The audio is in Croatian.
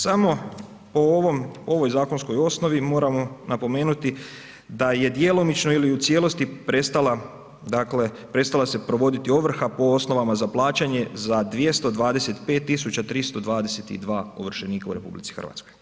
Samo po ovoj zakonskoj osnovi moramo napomenuti da je djelomično ili u cijelosti prestala dakle prestala se provoditi ovrha po osnovama za plaćanje za 225 322 ovršenika u RH.